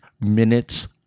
minutes